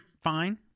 fine